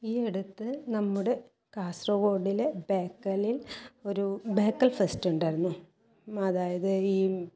ഈ അടുത്ത് നമ്മുടെ കാസർഗോടിൽ ബേക്കലിൽ ഒരു ബേക്കൽ ഫെസ്റ്റ് ഉണ്ടായിരുന്നു അതായത് ഈ